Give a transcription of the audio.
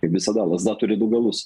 kaip visada lazda turi du galus